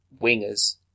wingers